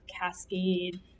cascade